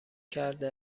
کرده